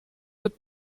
wird